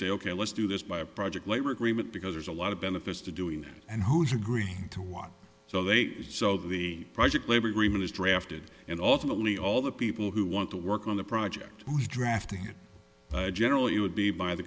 say ok let's do this by a project labor agreement because there's a lot of benefits to doing it and who's agree to what so they so the project labor agreement is drafted and ultimately all the people who want to work on the project drafting it generally it would be by the